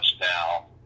now